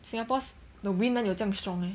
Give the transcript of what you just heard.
singapore's the wind 哪里有这样 strong meh